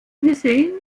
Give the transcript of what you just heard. hussein